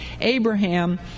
Abraham